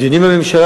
הדיונים בממשלה,